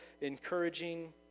encouraging